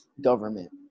government